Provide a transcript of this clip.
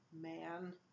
man